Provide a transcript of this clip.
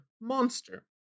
monster